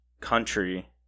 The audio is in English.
country